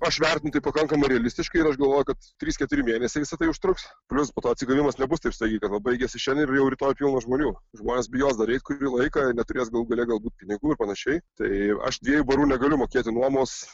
aš vertinu tai pakankamai realistiškai ir aš galvoju kad trys keturi mėnesiai visa tai užtruks plius po to atsigavimas nebus taip staigiai kad vat baigiasi šiandien ir jau rytoj pilna žmonių žmonės bijos dar eit kurį laiką ir neturės galų gale galbūt pinigų ar panašiai tai aš dviejų barų negaliu mokėti nuomos